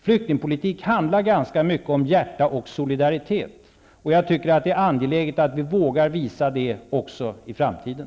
Flyktingpolitik handlar ganska mycket om hjärta och solidaritet. Jag tycker att det är angeläget att vi vågar visa det också i framtiden.